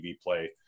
play